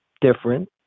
different